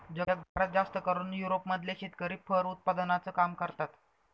जगभरात जास्तकरून युरोप मधले शेतकरी फर उत्पादनाचं काम करतात